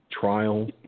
trial